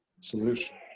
solution